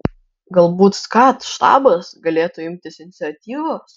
galbūt skat štabas galėtų imtis iniciatyvos